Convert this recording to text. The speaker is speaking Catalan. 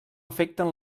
afecten